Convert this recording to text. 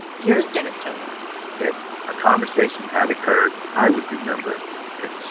here's dennis toner if a conversation had occurred, i would remember it.